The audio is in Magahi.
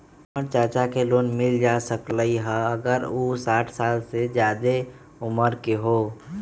हमर चाचा के लोन मिल जा सकलई ह अगर उ साठ साल से जादे उमर के हों?